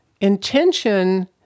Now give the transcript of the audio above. Intention